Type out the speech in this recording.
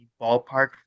ballpark